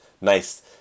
nice